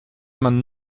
man